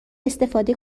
استفاده